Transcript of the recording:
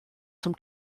zum